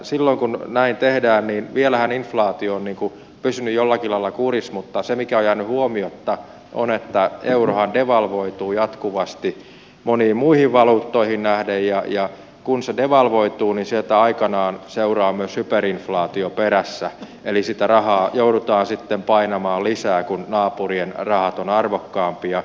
silloin kun näin tehdään vielähän inflaatio on pysynyt jollakin lailla kurissa niin se mikä on jäänyt huomiotta on että eurohan devalvoituu jatkuvasti moniin muihin valuuttoihin nähden ja kun se devalvoituu niin sieltä aikanaan seuraa myös hyperinflaatio perässä eli sitä rahaa joudutaan sitten painamaan lisää kun naapurien rahat ovat arvokkaampia